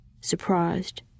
surprised